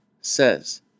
says